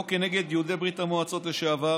לא כנגד יהודי ברית המועצות לשעבר